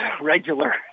regular